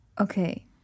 Okay